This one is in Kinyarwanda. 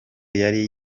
yari